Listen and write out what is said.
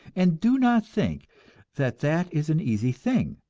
and do not think that that is an easy thing,